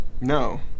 no